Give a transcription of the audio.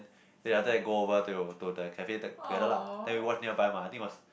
then after that go over till to the cafe the together lah then we watch nearby mah I think it was